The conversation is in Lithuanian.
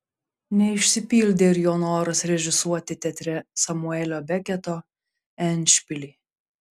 neišsipildė ir jo noras režisuoti teatre samuelio beketo endšpilį